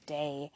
day